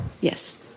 Yes